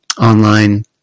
online